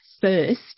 first